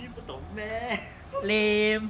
lame